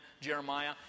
Jeremiah